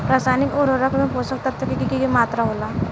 रसायनिक उर्वरक में पोषक तत्व के की मात्रा होला?